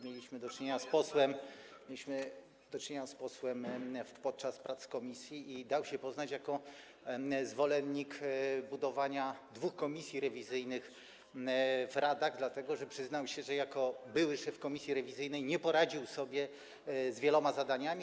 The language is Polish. Mieliśmy z posłem do czynienia podczas prac komisji i dał się poznać jako zwolennik budowania dwóch komisji rewizyjnych w radach, dlatego że przyznał się, że jako były szef komisji rewizyjnej nie poradził sobie z wieloma zadaniami.